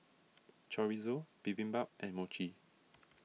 Chorizo Bibimbap and Mochi